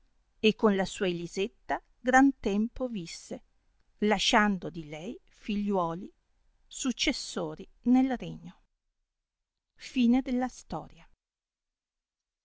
e con la sua elisetta gran tempo visse lasciando di lei figliuoli successori nel regno